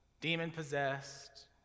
demon-possessed